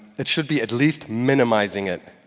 it should be at least minimizing it.